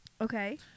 Okay